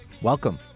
Welcome